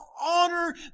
honor